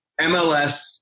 MLS